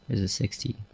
there's a sixty.